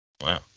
Wow